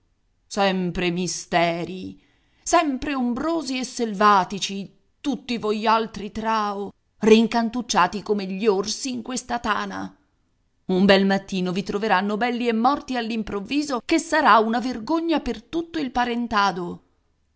sempre misteri sempre ombrosi e selvatici tutti voialtri trao rincantucciati come gli orsi in questa tana un bel mattino vi troveranno belli e morti all'improvviso che sarà una vergogna per tutto il parentado